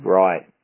right